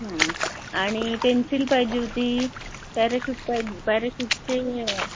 आणि पेन्सिल पाहिजे होती पॅरेशूट पाहिजे पॅरेशूटचे